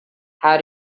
how